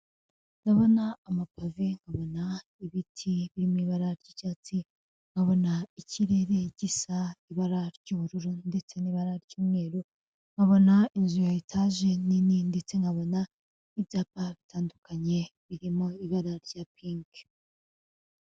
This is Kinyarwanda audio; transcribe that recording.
Ndabona amapave, nkabona ibiti birimo ibara ry’icyatsi. Nkabona ikirere gisa ibara ry’ubururu ndetse n’ibara ry’umweru. Nkabona inzu ya etage, nini ndetse nkabona n’ibyapa bitandukanye birimo ibara rya piki.